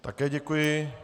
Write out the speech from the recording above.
Také děkuji.